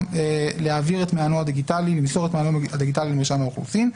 למסור את מענו הדיגיטלי למרשם האוכלוסין.